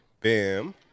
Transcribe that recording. Bam